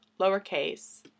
lowercase